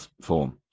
form